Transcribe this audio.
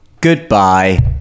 Goodbye